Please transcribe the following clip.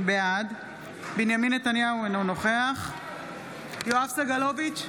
בעד בנימין נתניהו, אינו נוכח יואב סגלוביץ'